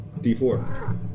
D4